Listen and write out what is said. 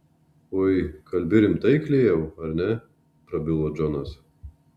ui kalbi rimtai klėjau ar ne prabilo džonas